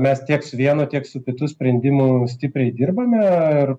mes tiek su vienu tiek su kitu sprendimu stipriai dirbame ir